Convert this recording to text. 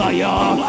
Fire